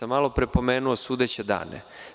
Malo pre sam pomenuo sudeće dane.